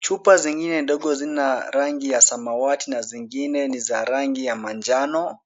Chupa zingine ndogo zina rangi ya samawati na zingine ni za rangi ya manjano.